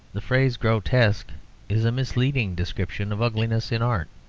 the phrase grotesque is a misleading description of ugliness in art.